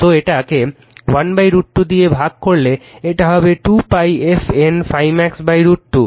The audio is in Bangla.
তো এটাকে 1 √ 2 দিয়ে ভাগ করলে এটা হবে 2 f N ∅ max √ 2